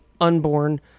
unborn